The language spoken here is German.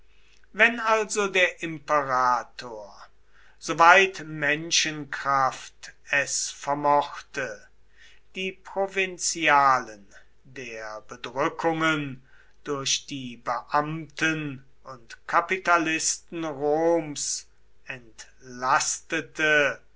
wenn also der imperator soweit menschenkraft es vermochte die provinzialen der bedrückungen durch die beamten und kapitalisten roms entlastete